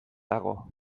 dago